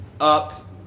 up